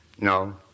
No